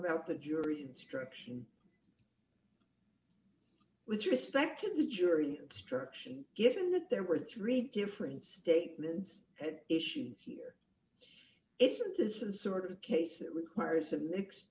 about the jury instruction with respect to the jury instruction given that there were three different statements at issue here isn't this in sort of case it requires a mixed